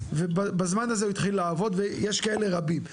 ובזמן הזה הוא התחיל לעבוד ויש כאלה רבים.